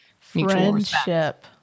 friendship